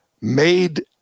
made